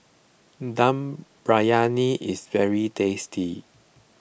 Dum Briyani is very tasty